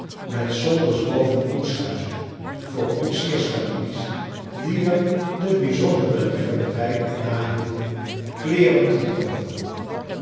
met zolders boven koetshuizen voor koetsiersfamilies die er de bijzondere liefhebberrj op nahielden kleeren te drogen